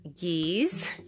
geese